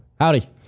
Howdy